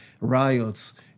riots